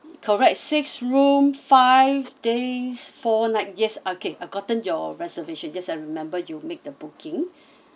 correct six room five days four nights yes okay I gotten your reservation just I remember you make the booking